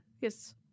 yes